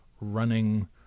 running